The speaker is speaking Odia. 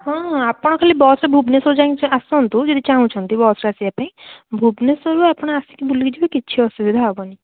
ହଁ ହଁ ଆପଣ ଖାଲି ବସ୍ ଭୁବନେଶ୍ୱର ଯାଏଁ ଆସନ୍ତୁ ଯଦି ଚାହୁଁଛନ୍ତି ବସ୍ରେ ଆସିବା ପାଇଁ ଭୁବନେଶ୍ୱରରୁ ଆପଣ ଆସିକି ବୁଲିକି ଯିବେ କିଛି ଅସୁବିଧା ହେବନି